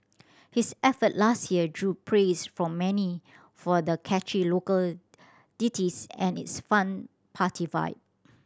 his effort last year drew praise from many for the catchy local ditties and its fun party vibe